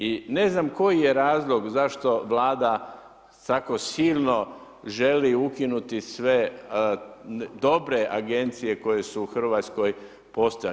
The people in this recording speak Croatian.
I ne znam koji je razlog zašto Vlada tako silno želi ukinuti sve dobre agencije koje su u Hrvatskoj postojale?